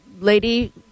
lady